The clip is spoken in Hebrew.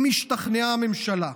אם השתכנעה הממשלה,